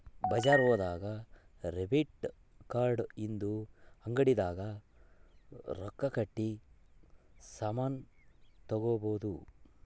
ಬಜಾರ್ ಹೋದಾಗ debit card ಇಂದ ಅಂಗಡಿ ದಾಗ ರೊಕ್ಕ ಕಟ್ಟಿ ಸಾಮನ್ ತಗೊಬೊದು